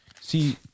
see